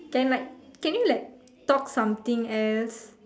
can like can you like talk something else